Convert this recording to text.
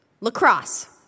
Lacrosse